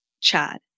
Chad